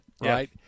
right